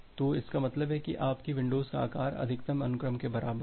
तो इसका मतलब है कि आपकी विंडोज़ का आकार अधिकतम अनुक्रम के बराबर है